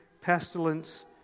pestilence